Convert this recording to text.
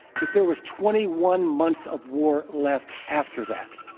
but there was twenty one months of war left after that.